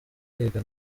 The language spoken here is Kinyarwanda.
kwiga